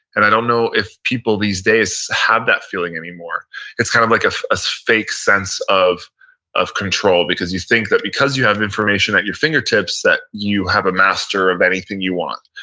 and i don't know if people these days have that feeling anymore it's kind of like a fake sense of of control because you think that because you have information at your fingertips that you have a master of anything you want.